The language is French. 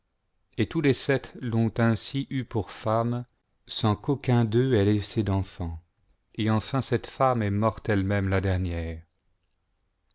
et tous les sept l'ont ainsi eue pour femme sans qu'aucun d'eux ait laissé d'enfants et enfin cette femme est morte elle-même la dernière